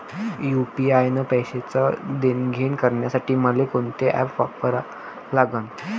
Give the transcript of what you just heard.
UPI न पैशाचं देणंघेणं करासाठी मले कोनते ॲप वापरा लागन?